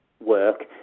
work